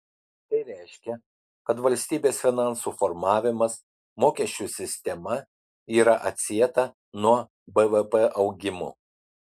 tai reiškia kad valstybės finansų formavimas mokesčių sistema yra atsieta nuo bvp augimo